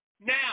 now